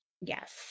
Yes